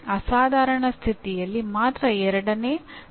ಅಸಾಧಾರಣ ಸ್ಥಿತಿಯಲ್ಲಿ ಮಾತ್ರ ಎರಡನೇ ಕ್ರಿಯಾಪದವನ್ನು ಬಳಸಿ